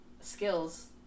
skills